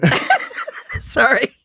Sorry